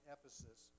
Ephesus